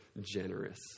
generous